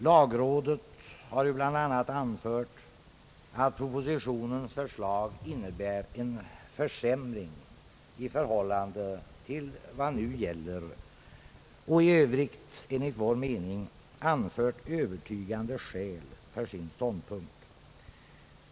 Lagrådet har ju bl.a. anfört att propositionens förslag innebär en försämring i förhål Ang. förslag till miljöskyddslag m.m. lande till vad som nu gäller och även i övrigt enligt vår mening anfört övertygande skäl för sin ståndpunkt.